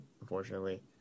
unfortunately